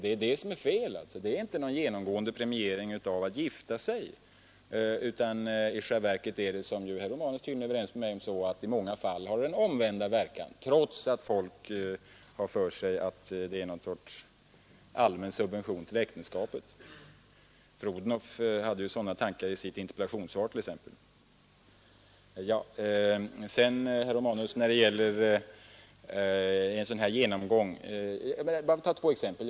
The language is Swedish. Det är fel. I 800-kronorsavdraget är inte någon genomgående premiering av att man gifter sig. I själva verket har det — som herr Romanus tydligen är ense med mig om — den motsatta verkan. Men folk har för sig att det är något slags allmän subvention av äktenskapet. Fru Odhnoff framförde t.ex. sådana tankar i sitt interpellationssvar. Herr Romanus talade om en genomgång av de områden där jag vill ha en ändring till stånd.